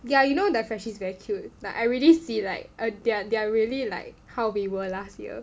yeah you know the freshies very cute like I really see like err they are they're really like how we were last year